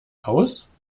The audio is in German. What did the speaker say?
aus